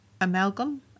amalgam